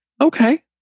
Okay